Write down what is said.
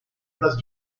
place